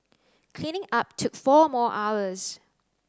cleaning up took four more hours